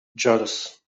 jealous